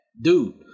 dude